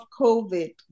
COVID